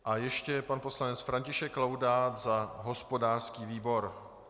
A ještě pan poslanec František Laudát za hospodářský výbor.